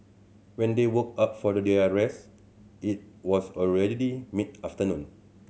when they woke up for their rest it was already mid afternoon